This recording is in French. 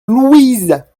louise